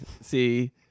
See